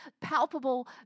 palpable